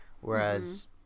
Whereas